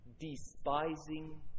despising